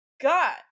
God